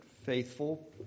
faithful